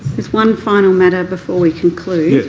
there's one final matter before we conclude.